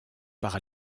par